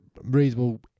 reasonable